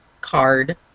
card